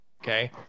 okay